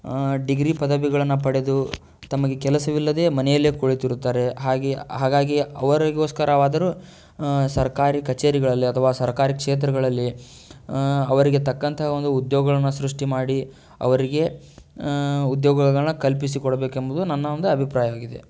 degree ಪದವಿಗಳನ್ನು ಪಡೆದು ತಮಗೆ ಕೆಲಸವಿಲ್ಲದೆಯೇ ಮನೆಯಲ್ಲೇ ಕುಳಿತಿರುತ್ತಾರೆ ಹಾಗೆ ಹಾಗಾಗಿಯೇ ಅವರಿಗೋಸ್ಕರವಾದರೂ ಸರ್ಕಾರಿ ಕಚೇರಿಗಳಲ್ಲಿ ಅಥವಾ ಸರ್ಕಾರಿ ಕ್ಷೇತ್ರಗಳಲ್ಲಿ ಅವರಿಗೆ ತಕ್ಕಂಥ ಒಂದು ಉದ್ಯೋಗಳನ್ನ ಸೃಷ್ಟಿ ಮಾಡಿ ಅವರಿಗೆ ಉದ್ಯೋಗಗಳನ್ನ ಕಲ್ಪಿಸಿಕೊಡಬೇಕೆಂಬುದು ನನ್ನ ಒಂದು ಅಭಿಪ್ರಾಯವಾಗಿದೆ